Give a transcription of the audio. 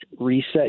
reset